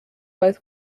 both